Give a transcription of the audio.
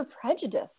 prejudice